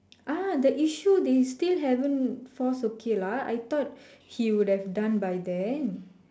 ah the issue they still haven't force okay lah I thought he would have done by then